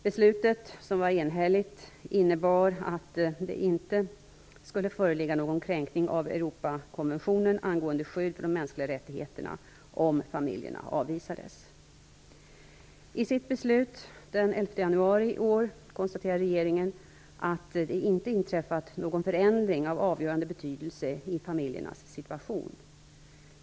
Beslutet, som var enhälligt, innebar att det inte skulle föreligga någon kränkning av Europakonventionen angående skydd för de mänskliga rättigheterna om familjerna avvisades. I sitt beslut den 11 januari i år konstaterar regeringen att det inte inträffat någon förändring av avgörande betydelse i familjernas situation.